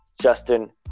Justin